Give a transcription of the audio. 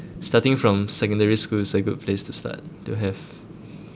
starting from secondary school is a good place to start don't have